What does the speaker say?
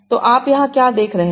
तो आप यहाँ क्या देख रहे हैं